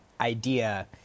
idea